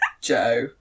Joe